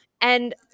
And-